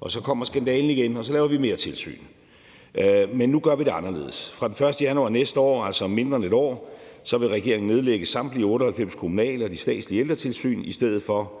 Og så kommer skandalen igen, og så laver vi mere tilsyn. Men nu gør vi det anderledes. Fra den 1. januar næste år, altså om mindre end 1 år, vil regeringen nedlægge samtlige 98 kommunale og det statslige ældretilsyn og i stedet for